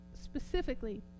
Specifically